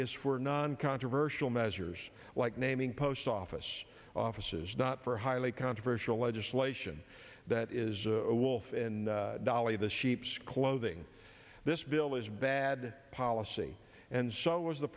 is for non controversial measure like naming post office offices not for highly controversial legislation that is a wolf in dolly the sheep scl od'ing this bill is bad policy and so was the